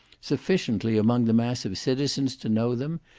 sufficiently among the mass of the citizens to know them,